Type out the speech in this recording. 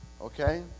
Okay